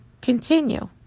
Continue